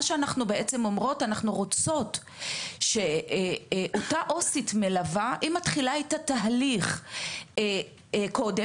אנחנו רוצות שהעו"סית המלווה תתחיל את התהליך קודם,